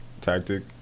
tactic